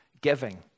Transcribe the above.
giving